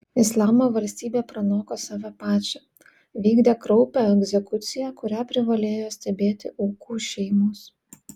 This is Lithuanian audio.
islamo valstybė pranoko save pačią vykdė kraupią egzekuciją kurią privalėjo stebėti aukų šeimos